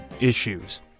issues